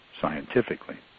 scientifically